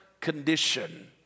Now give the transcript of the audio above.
condition